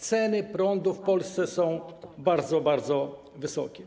Ceny prądu w Polsce są bardzo, bardzo wysokie.